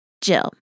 Jill